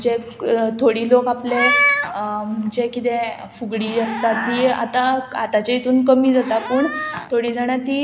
जे थोडी लोक आपले जे कितें फुगडी आसता ती आतां आतांचे हितून कमी जाता पूण थोडीं जाणां ती